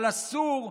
אבל אסור,